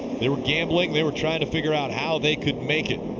they were gambling. they were trying to figure out how they could make it.